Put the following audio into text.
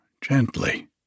gently